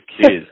kids